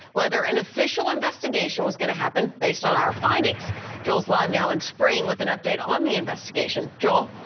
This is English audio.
whether an official investigation was going to happen based on our findings jos line now and spring with an update on the investigation dole.